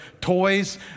toys